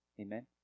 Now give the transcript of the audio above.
Amen